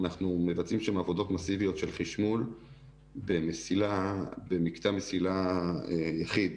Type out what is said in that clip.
אנחנו מבצעים שם עבודות מסיביות של חישמול במקטע מסילה יחיד.